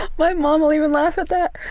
my mom will even laugh at that.